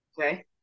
Okay